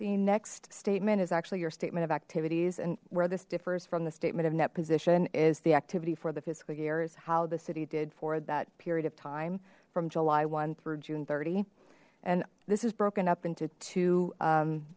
the next statement is actually your statement of activities and where this differs from the statement of net position is the activity for the fiscal year is how the city did for that period of time from july one through june thirty and this is broken up into two